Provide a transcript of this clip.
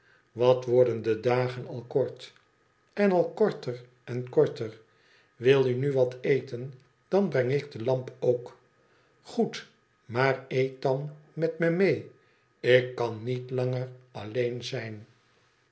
wat worden de dagen al kort en al korter en korter wil u nu wat eten dan breng ik de lamp ook goed maar eet dan met me ik kan niet langer alleen zijn